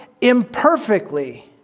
imperfectly